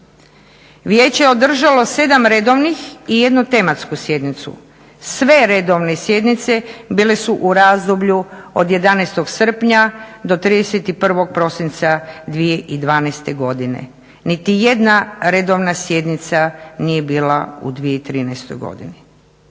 Vijeće je održalo 7 redovnih i 1 tematsku sjednicu. Sve redovne sjednice bile su u razdoblju od 11. srpnja do 31. prosinca 2012. godine. Nitijedna redovna sjednica nije bila u 2013. godini.